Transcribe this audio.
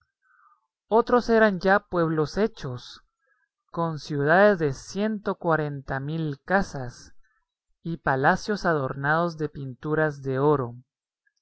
otros eran ya pueblos hechos con ciudades de ciento cuarenta mil casas y palacios adornados de pinturas de oro